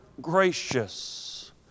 gracious